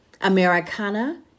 Americana